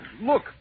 Look